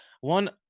One